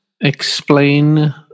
explain